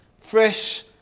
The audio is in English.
fresh